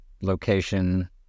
location